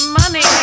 money